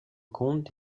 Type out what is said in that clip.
compte